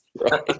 Right